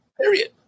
Period